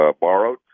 borrowed